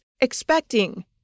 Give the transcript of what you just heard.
expecting